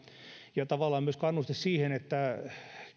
ja tavallaan myös kannuste siihen että